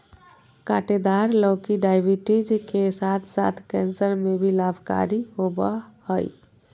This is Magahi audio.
काँटेदार लौकी डायबिटीज के साथ साथ कैंसर में भी लाभकारी होबा हइ